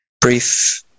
brief